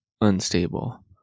unstable